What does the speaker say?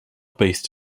based